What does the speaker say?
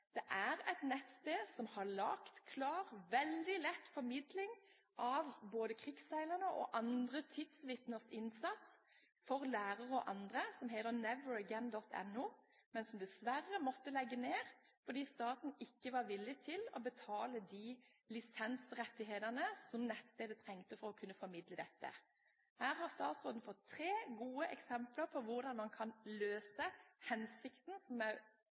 veldig lett formidling av både krigsseilernes og andre tidsvitners innsats som heter neveragain.no, men som dessverre måtte legge ned fordi staten ikke var villig til å betale de lisensrettighetene som nettstedet trengte for å formidle dette. Her har statsråden fått tre gode eksempler på hvordan man kan løse det jeg opplever er Fremskrittspartiets hensikt her, og som